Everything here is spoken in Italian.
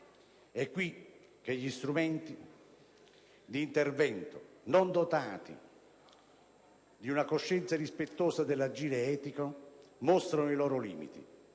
È qui che gli strumenti di intervento non dotati di una coscienza rispettosa dell'agire etico mostrano i loro limiti.